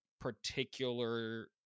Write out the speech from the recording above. particular